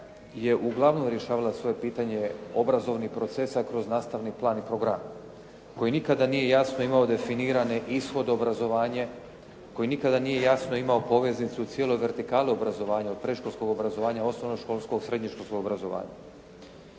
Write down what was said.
je uglavnom rješavala svoje pitanje obrazovnih procesa kroz nastavni plan i program koji nikada nije jasno imao definiran ishod obrazovanja, koji nikada nije jasno imao poveznicu cijele vertikale obrazovanja, predškolskog obrazovanja, osnovnoškolskog, srednjoškolskog obrazovanja.